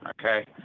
Okay